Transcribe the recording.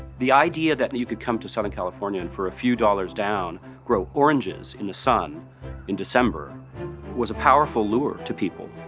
the idea that and you could come to southern californian for a few dollars down and grow oranges in the sun in december was a powerful lure to people.